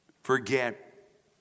forget